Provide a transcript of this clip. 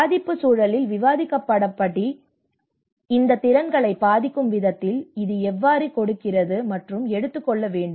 பாதிப்புச் சூழலில் விவாதிக்கப்பட்டபடி இந்த திறன்களைப் பாதிக்கும் விதத்தில் இது எவ்வாறு கொடுக்கிறது மற்றும் எடுத்துக் கொள்ள வேண்டும்